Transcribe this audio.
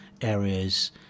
areas